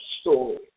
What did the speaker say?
story